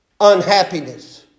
unhappiness